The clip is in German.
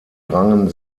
drangen